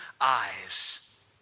eyes